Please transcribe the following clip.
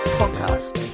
podcast